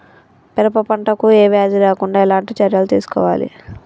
పెరప పంట కు ఏ వ్యాధి రాకుండా ఎలాంటి చర్యలు తీసుకోవాలి?